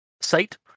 site